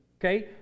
Okay